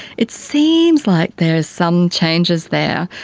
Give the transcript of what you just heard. it seems like there's some changes there,